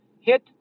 Hit